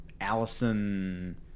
Allison